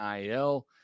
IL